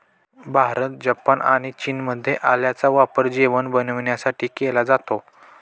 Bharat, Japan आणि चीनमध्ये आल्याचा वापर जेवण बनविण्यात केला जातो